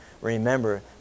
Remember